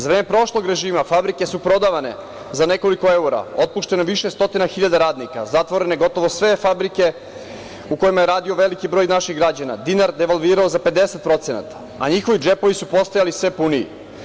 Za vreme prošlog režima fabrike su prodavane za nekoliko evra, otpušteno je više stotina hiljada radnika, zatvorene gotovo sve fabrike u kojima je radio veliki broj naših građana, dinar devalvirao za 50%, a njihovi džepovi su postojali sve puniji.